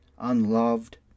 unloved